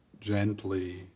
gently